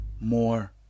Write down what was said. more